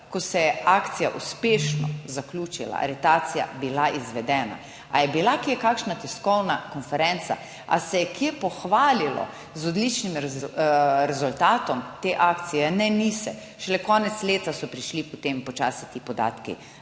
ko se je akcija uspešno zaključila, aretacija bila izvedena, a je bila kje kakšna tiskovna konferenca, a se je kje pohvalilo z odličnim rezultatom te akcije? Ne, ni se, šele konec leta so prišli potem počasi ti podatki